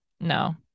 No